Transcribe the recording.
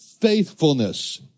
faithfulness